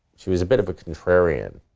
she was a bit of a contrarian.